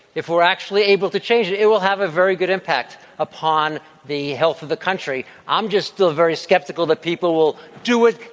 if we're actually able to change it, it will have a very good impact upon the health of the country. i'm just still very skeptical that people will do it.